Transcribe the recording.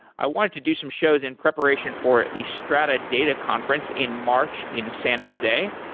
i wanted to do some shows in preparation for the strata data conference in march in san jose,